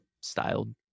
styled